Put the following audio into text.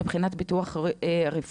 מבחינת הביטוח הרפואי,